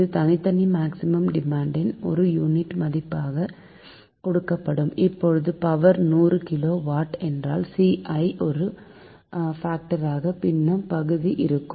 இது தனித்தனி maximum demand ன் ஒரு யூனிட் மதிப்பாக கொடுக்கப்படும் இப்போது பவர் நூறு கிலோ வாட் என்றால் Ci ஒரு பிராக்சனாகfractionபின்னம்பகுதி இருக்கும்